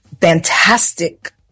fantastic